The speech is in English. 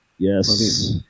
Yes